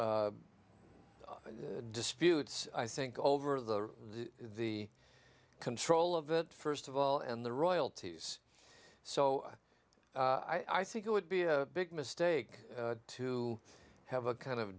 in disputes i think over the the control of it first of all and the royalties so i think it would be a big mistake to have a kind of